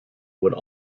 would